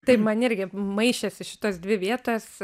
taip man irgi maišėsi šitos dvi vietos